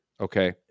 Okay